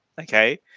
Okay